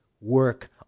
work